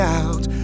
out